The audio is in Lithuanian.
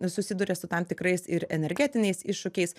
susiduria su tam tikrais ir energetiniais iššūkiais